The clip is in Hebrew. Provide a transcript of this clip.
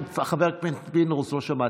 חבר הכנסת פינדרוס, לא שמעתי.